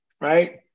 right